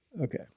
Okay